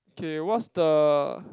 K what's the